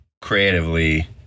creatively